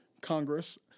Congress